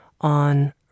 on